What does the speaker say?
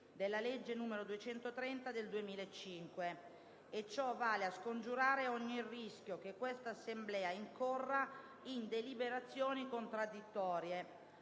della legge n. 230 del 2005. E ciò vale a scongiurare ogni rischio che questa Assemblea incorra in deliberazioni contraddittorie.